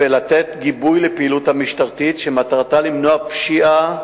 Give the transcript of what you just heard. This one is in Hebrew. לתת גיבוי לפעילות המשטרתית שמטרתה למנוע פשיעה,